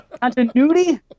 Continuity